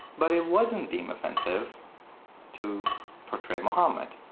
but it wasn't deemed offensive to portray muhammad,